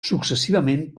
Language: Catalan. successivament